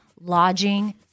lodging